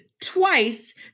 twice